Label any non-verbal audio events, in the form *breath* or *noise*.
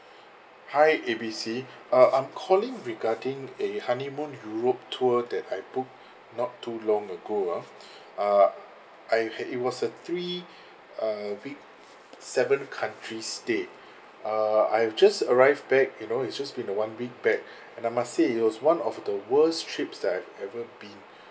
hi A B C uh I'm calling regarding a honeymoon europe tour that I booked not too long ago ah *breath* uh I've had it was a three uh week seven countries stay uh I've just arrived back you know it's just been uh one week back *breath* and I must say it was one of the worst trips that I've ever been